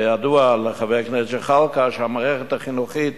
כידוע לחבר הכנסת זחאלקה, המערכת החינוכית